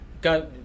go